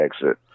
exit